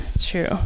true